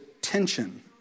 tension